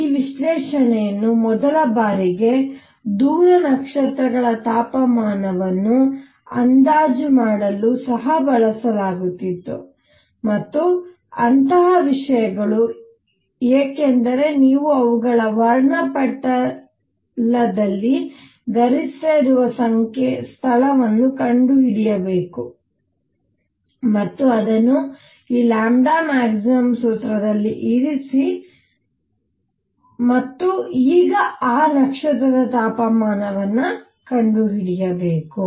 ಈ ವಿಶ್ಲೇಷಣೆಯನ್ನು ಮೊದಲ ಬಾರಿಗೆ ದೂರ ನಕ್ಷತ್ರಗಳ ತಾಪಮಾನವನ್ನು ಅಂದಾಜು ಮಾಡಲು ಸಹ ಬಳಸಲಾಗುತ್ತಿತ್ತು ಮತ್ತು ಅಂತಹ ವಿಷಯಗಳು ಏಕೆಂದರೆ ನೀವು ಅವುಗಳ ವರ್ಣಪಟಲದಲ್ಲಿ ಗರಿಷ್ಠ ಇರುವ ಸ್ಥಳವನ್ನು ಕಂಡುಹಿಡಿಯಬೇಕು ಮತ್ತು ಅದನ್ನು ಈ maxಸೂತ್ರದಲ್ಲಿ ಇರಿಸಿ ಮತ್ತು ಈಗ ಆ ನಕ್ಷತ್ರದ ತಾಪಮಾನವನ್ನು ಕಂಡುಹಿಡಿಯಬೇಕು